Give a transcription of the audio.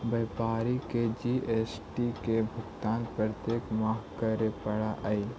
व्यापारी के जी.एस.टी के भुगतान प्रत्येक माह करे पड़ऽ हई